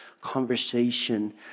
conversation